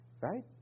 right